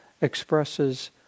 expresses